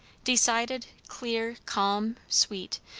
decided, clear, calm, sweet,